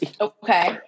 Okay